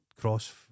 cross